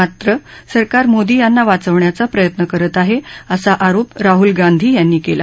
मात्र सरकार मोदीं यांना वाचवण्याचा प्रयत्न करतत आहे असा आरोप राहल गांधी यांनी केला